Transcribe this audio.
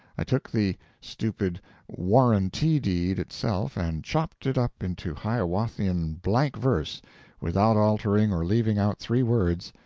i took the stupid warranty deed itself and chopped it up into hiawathian blank verse without altering or leaving out three words,